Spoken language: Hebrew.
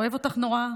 אוהב אותך נורא.